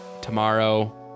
tomorrow